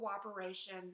cooperation